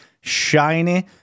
shiny